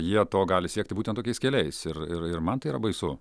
jie to gali siekti būtent tokiais keliais ir ir ir man tai yra baisu